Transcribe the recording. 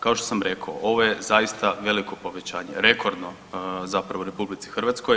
Kao što sam rekao, ovo je zaista veliko povećanje, rekordno zapravo u RH.